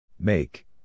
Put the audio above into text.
Make